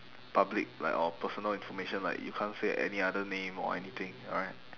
public like or personal information like you can't say any other name or anything alright